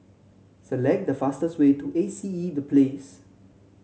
select the fastest way to A C E The Place